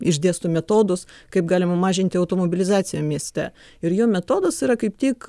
išdėsto metodus kaip galima mažinti automobilizaciją mieste ir jo metodas yra kaip tik